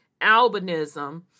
albinism